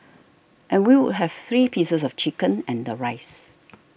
and we would have three pieces of chicken and the rice